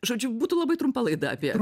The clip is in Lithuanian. žodžiu būtų labai trumpa laida apie